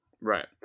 Right